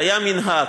זה היה מנהג,